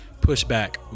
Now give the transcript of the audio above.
pushback